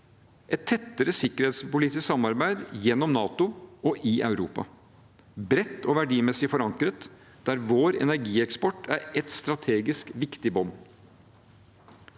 et tettere sikkerhetspolitisk samarbeid gjennom NATO og i Europa, bredt og verdimessig forankret, der vår energieksport er ett strategisk, viktig bånd.